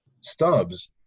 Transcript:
stubs